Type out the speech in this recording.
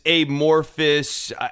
amorphous